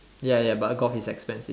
ya ya but golf is expensive